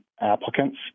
applicants